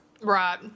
Right